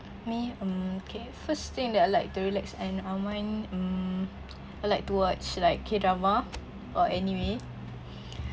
me mm okay first thing that I like to relax and unwind mm I like to watch like K drama or anime